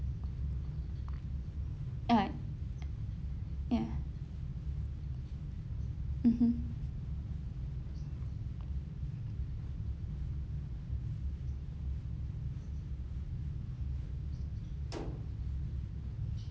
ah ya mmhmm